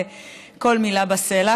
כל מילה בסלע.